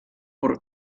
por